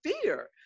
fear